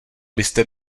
byste